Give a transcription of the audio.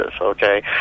okay